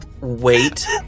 Wait